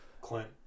Clint